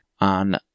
On